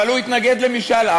אבל הוא התנגד למשאל עם.